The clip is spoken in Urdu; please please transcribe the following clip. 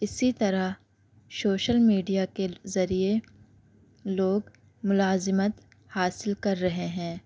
اسی طرح شوشل میڈیا کے ذریعے لوگ ملازمت حاصل کر رہے ہیں